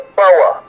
power